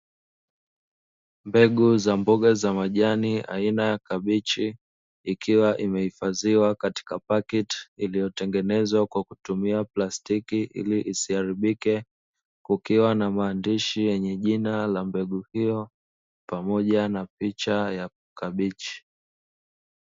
Mbegu za mboga ya majani aina ya kabichi ikiwa imehifadhiwa katika paketi iliyotengenezwa kwa kutumia plastiki ili isiharibike, kukiwa na maandishi yenye jina la mbegu hiyo pamoja na picha ya kabichi.